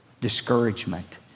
discouragement